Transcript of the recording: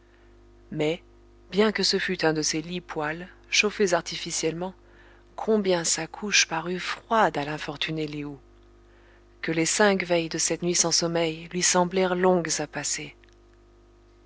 mais bien que ce fût un de ces lits poêles chauffés artificiellement combien sa couche parut froide à l'infortunée lé ou que les cinq veilles de cette nuit sans sommeil lui semblèrent longues à passer